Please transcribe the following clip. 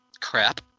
crap